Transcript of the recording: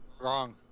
Wrong